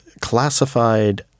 classified